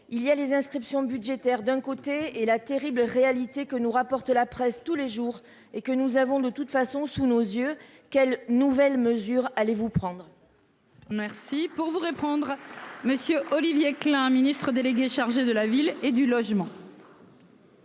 il y a les inscriptions budgétaires d'un côté et la terrible réalité que nous rapporte la presse tous les jours et que nous avons de toute façon sous nos yeux. Quelles nouvelles mesures allez-vous prendre.--